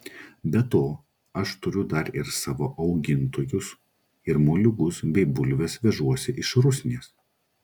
be to aš turiu dar ir savo augintojus ir moliūgus bei bulves vežuosi iš rusnės